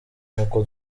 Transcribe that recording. nuko